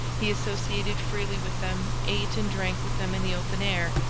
he associated freely with them, ate and drank with them in the open air,